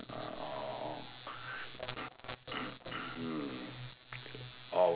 ah oh mm